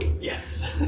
Yes